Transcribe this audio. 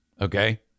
Okay